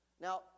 Now